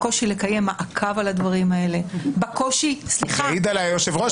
בקושי לקיים מעקב על הדברים האלה -- יעיד עליי היושב-ראש